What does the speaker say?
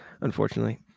unfortunately